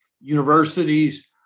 universities